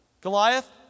Goliath